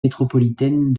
métropolitaine